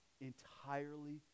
entirely